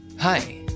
Hi